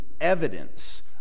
evidence